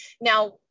Now